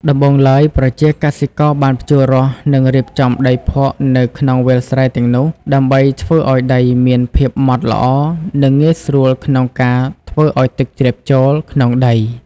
ដំបូងឡើយ ប្រជាកសិករបានភ្ជួររាស់និងរៀបចំដីភក់នៅក្នុងវាលស្រែទាំងនោះដើម្បីធ្វើឲ្យដីមានភាពម៉ដ្ឋល្អនិងងាយស្រួលក្នុងការធ្វើឲ្យទឹកជ្រាបចូលក្នុងដី។